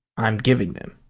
i'm giving them,